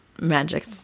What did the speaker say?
Magic